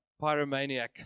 pyromaniac